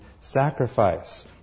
sacrifice